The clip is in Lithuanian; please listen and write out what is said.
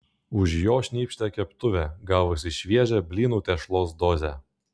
už jo šnypštė keptuvė gavusi šviežią blynų tešlos dozę